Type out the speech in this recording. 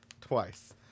twice